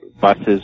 buses